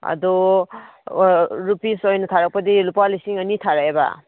ꯑꯗꯣ ꯔꯨꯄꯤꯁ ꯑꯣꯏꯅ ꯊꯥꯔꯛꯄꯗꯤ ꯂꯨꯄꯥ ꯂꯤꯁꯤꯡ ꯑꯅꯤ ꯊꯥꯔꯛꯑꯦꯕ